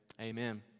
Amen